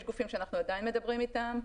יש גופים שאנחנו עדיין מדברים איתם.